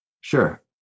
Sure